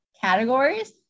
categories